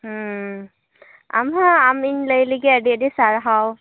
ᱦᱢ ᱟᱢᱦᱚᱸ ᱤᱧ ᱞᱟᱹᱭ ᱞᱟᱹᱜᱤᱫ ᱟᱹᱰᱤ ᱟᱹᱰᱤ ᱥᱟᱨᱦᱟᱣ